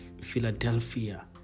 Philadelphia